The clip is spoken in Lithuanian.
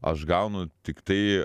aš gaunu tiktai